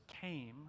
came